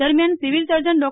દરમિયાન civil surgeon ડો